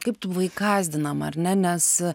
kaip tu buvai gąsdinama ar ne nes